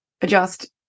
adjust